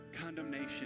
condemnation